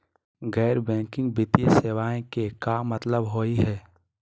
गैर बैंकिंग वित्तीय सेवाएं के का मतलब होई हे?